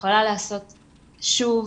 יכולה להיעשות שוב,